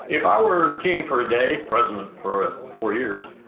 if i were king for a day, president for four years,